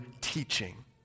teaching